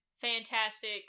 fantastic